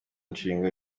nshinga